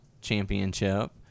championship